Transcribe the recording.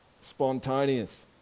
spontaneous